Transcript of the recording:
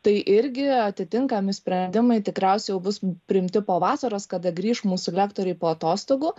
tai irgi atitinkami sprendimai tikriausiai jau bus priimti po vasaros kada grįš mūsų lektoriai po atostogų